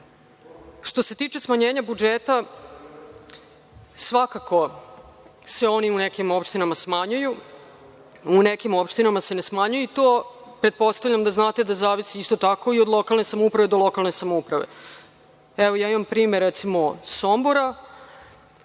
se tiče smanjenja budžeta svakako se oni u nekim opštinama smanjuju, u nekim opštinama se ne smanjuju. To pretpostavljam da znate da zavisi isto tako i od lokalne samouprave do lokalne samouprave. Evo, ja imam primer recimo Sombora